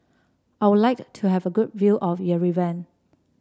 I would like to have a good view of Yerevan